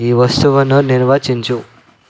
ఈ వస్తువును నిర్వచించు